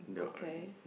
okay